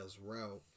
route